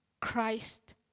Christ